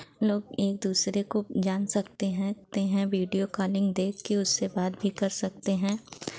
लोग एक दूसरे को जान सकते हैं ते हैं वीडियो काॅलिंग देख के उससे बात भी कर सकते हैं